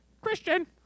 Christian